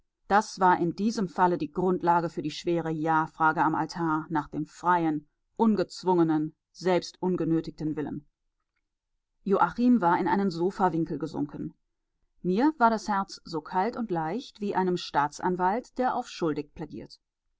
das war in diesem falle die grundlage für die schwere ja frage am altar nach dem freien ungezwungenen selbst ungenötigten willen joachim war in einen sofawinkel gesunken mir war das herz so kalt und leicht wie einem staatsanwalt der auf schuldig plädiert